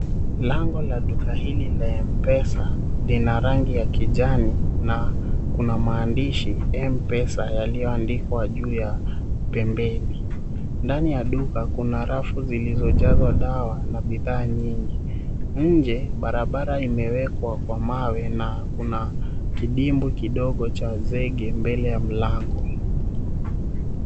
Lango la duka hili la MPesa, lina rangi ya kijani na kuna maandishi "MPesa", yaliyoandikwa juu ya pembeni. Ndani ya duka kuna rafu zilizojazwa dawa na bidhaa nyingi. Nje, barabara imewekwa kwa mawe na kuna kidimbwi kidogo cha zege mbele ya mlango.